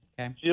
Okay